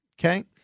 okay